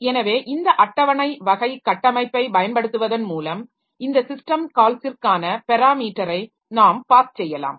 எனவே இந்த அட்டவணை வகை கட்டமைப்பை பயன்படுத்துவதன் மூலம் இந்த சிஸ்டம் கால்ஸ்ஸிற்கான பெராமீட்டரை நாம் பாஸ் செய்யலாம்